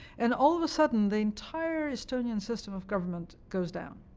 and all of a sudden, the entire estonian system of government goes down